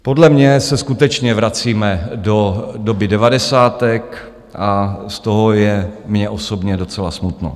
Podle mě se skutečně vracíme do doby devadesátek a z toho je mně osobně docela smutno.